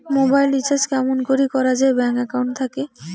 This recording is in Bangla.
মোবাইল রিচার্জ কেমন করি করা যায় ব্যাংক একাউন্ট থাকি?